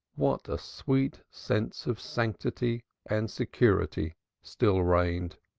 what a sweet sense of sanctity and security still reigned.